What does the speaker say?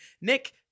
Nick